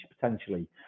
potentially